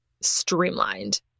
streamlined